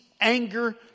anger